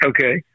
Okay